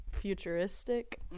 futuristic